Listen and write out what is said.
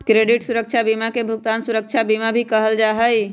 credit सुरक्षा बीमा के भुगतान सुरक्षा बीमा भी कहल जा हई